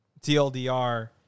TLDR